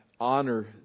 honor